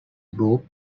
group